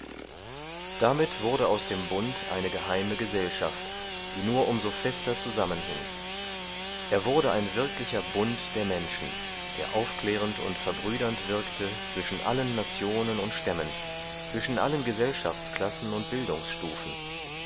damit wurde aus dem bund eine geheime gesellschaft die nur um so fester zusammenhing er wurde ein wirklicher bund der menschen der aufklärend und verbrüdernd wirkte zwischen allen nationen und stämmen zwischen allen gesellschaftsklassen und